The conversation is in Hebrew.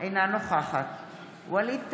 אינה נוכחת ווליד טאהא,